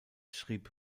schrieb